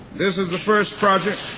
this is the first project